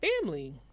family